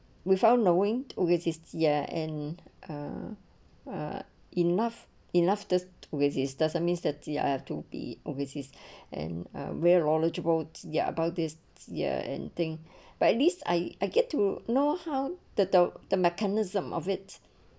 we found knowing august this ya and uh uh enough enough just to resist doesn't mean that you have to be overseas and uh where knowledgeable there about this ya and thing but at least I get to know how turtle the mechanism of it